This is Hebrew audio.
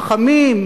חכמים,